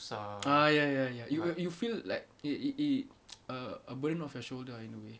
ah ya ya ya you you feel like e~ err a burden off your shoulder ah in a way